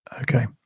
Okay